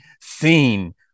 seen